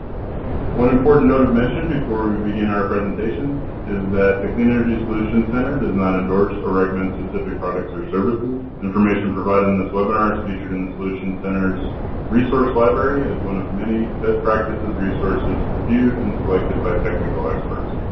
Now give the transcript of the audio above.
one important note of mention before we begin our presentations is that the clean energy solutions center does not endorse or recommend specific products or services. information provided in this webinar is featured in the solution center's resource library as one of many best practices resources reviewed and selected by technical experts.